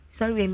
Sorry